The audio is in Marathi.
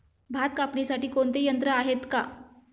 भात कापणीसाठी कोणते यंत्र आहेत का?